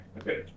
okay